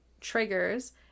triggers